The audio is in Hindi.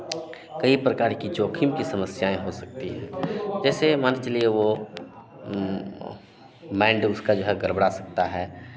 कई प्रकार की जोखिम की समस्याएं हो सकती हैं जैसे मान के चलिए वो माइंड उसका जो है गड़बड़ा सकता है